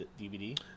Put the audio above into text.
DVD